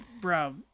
bro